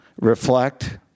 reflect